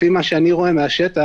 לפי מה שאני רואה מהשטח,